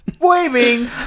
waving